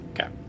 Okay